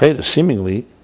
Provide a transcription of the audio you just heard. Seemingly